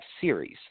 series